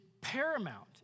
paramount